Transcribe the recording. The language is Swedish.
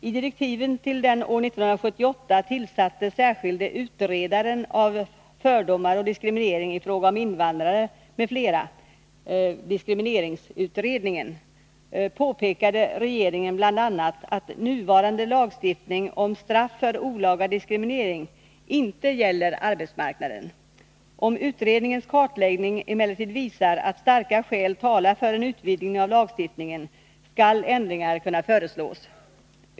I direktiven till den år 1978 tillsatte särskilde utredaren av fördomar och diskriminering i fråga om invandrare m.fl. — diskrimineringsutredningen — påpekade regeringen bl.a. att nuvarande lagstiftning om straff för olaga diskriminering inte gäller arbetsmarknaden. Om utredningens kartläggning emellertid visar att starka skäl talar för en utvidgning av lagstiftningen, skall ändringar kunna föreslås.